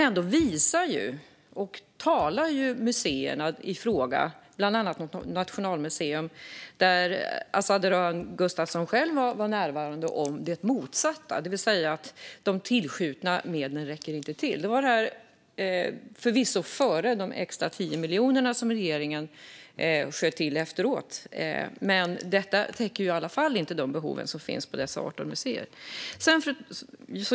Ändå talar museerna i fråga, bland andra Nationalmuseum där Azadeh Rojhan Gustafsson själv var närvarande, om det motsatta, det vill säga att de tillskjutna medlen inte räcker till. Detta var förvisso före de extra 10 miljonerna som regeringen sköt till, men det täcker i alla fall inte de behov som finns på dessa 18 museer.